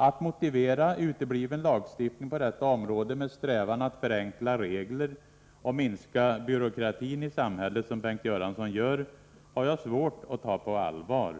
Att motivera att man inte lagstiftar på detta område med strävan att förenkla regler och minska byråkratin i samhället, som Bengt Göransson gör, har jag svårt att ta på allvar.